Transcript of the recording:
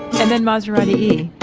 and then maserati e,